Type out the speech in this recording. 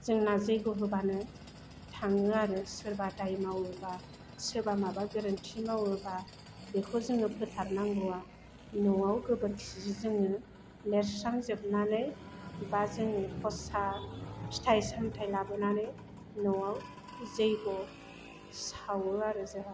जेंना जैग' होबानो थाङो आरो सोरबा दाय मावोबा सोरबा माबा गोरोन्थि मावोबा बेखौ जोङो फोथारनांगौआ न'आव गोबोरखिजों लिरस्रांजोबनानै बा जोङो खरसा फिथाइ सामथाइ लाबोनानै न'आव जैग' सावो आरो जोंहा